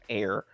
air